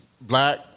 black